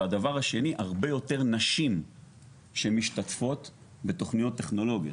והדבר השני הרבה יותר נשים המשתתפות בתוכניות טכנולוגיות.